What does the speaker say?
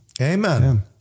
Amen